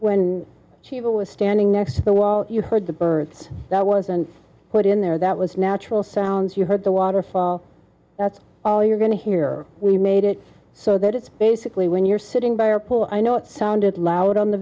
when she was standing next to the wall you heard the bird that wasn't put in there that was natural sounds you heard the waterfall that's all you're going to hear we made it so that it's basically when you're sitting by our pool i know it sounded loud on the